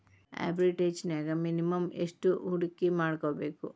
ಆರ್ಬಿಟ್ರೆಜ್ನ್ಯಾಗ್ ಮಿನಿಮಮ್ ಯೆಷ್ಟ್ ಹೂಡ್ಕಿಮಾಡ್ಬೇಕ್?